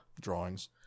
drawings